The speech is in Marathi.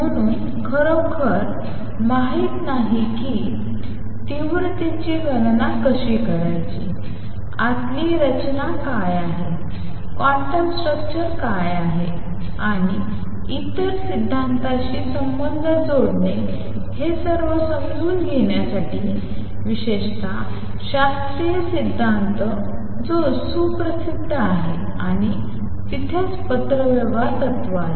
म्हणून आम्हाला खरोखर माहित नाही कि तीव्रतेची गणना कशी करायची आतली रचना काय आहे क्वांटम स्ट्रक्चर काय आहे आणि इतर सिद्धांतांशी संबंध जोडणे हे सर्व समजून घेण्यासाठी विशेषतः शास्त्रीय सिद्धांत जो सुप्रसिद्ध आहे आणि तिथेच पत्रव्यवहार तत्त्व आले